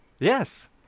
Yes